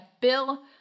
Bill